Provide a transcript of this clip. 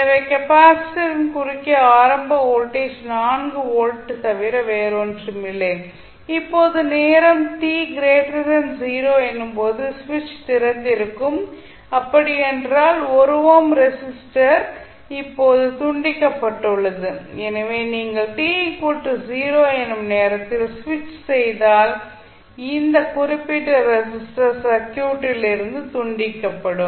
எனவே கெப்பாசிட்டரின் குறுக்கே ஆரம்ப வோல்டேஜ் 4 வோல்ட் தவிர வேறொன்றுமில்லை இப்போது நேரம் t 0 எனும் போது சுவிட்ச் திறந்திருக்கும் அப்படியென்றால் 1 ஓம் ரெஸிஸ்டர் இப்போது துண்டிக்கப்பட்டுள்ளது எனவே நீங்கள் t 0 எனும் நேரத்தில் சுவிட்ச் செய்தால் இந்த குறிப்பிட்ட ரெஸிஸ்டர் சர்க்யூட்டில் இருந்து துண்டிக்கப்படும்